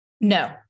no